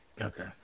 Okay